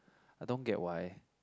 I don't get why